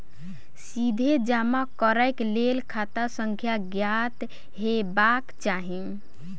सीधे जमा करैक लेल खाता संख्या ज्ञात हेबाक चाही